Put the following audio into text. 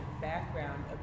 background